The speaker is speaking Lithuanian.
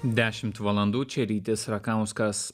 dešimt valandų čia rytis rakauskas